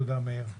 תודה, מאיר.